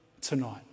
tonight